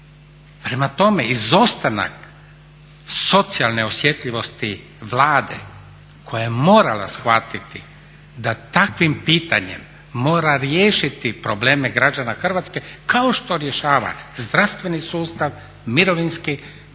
Prema tome, izostanak socijalne osjetljivosti Vlade koja je morala shvatiti da takvim pitanjem mora riješiti probleme građana Hrvatske kao što rješava zdravstveni sustav, mirovinski